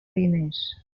diners